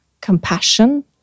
compassion